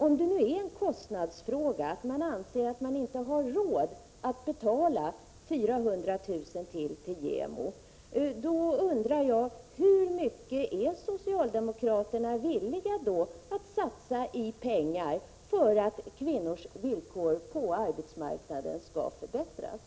Om det nu är en kostnadsfråga och man anser att man inte har råd att betala 400 000 kr. ytterligare till JämO, undrar jag hur mycket socialdemokraterna är villiga att satsa i pengar för att kvinnors villkor på arbetsmarknaden skall förbättras.